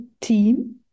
team